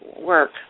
work